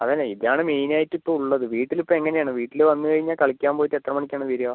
അതല്ല ഇതാണ് മെയിൻ ആയിട്ട് ഇപ്പോൾ ഉള്ളത് വീട്ടിൽ ഇപ്പോൾ എങ്ങനെ ആണ് വീട്ടിൽ വന്നുകഴിഞ്ഞാൽ കളിക്കാൻ പോയിട്ട് എത്ര മണിക്ക് ആണ് വരുക